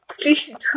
Please